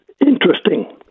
Interesting